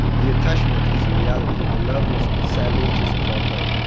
the attachment is the reality the love was sadly just a foreplay.